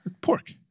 pork